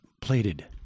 plated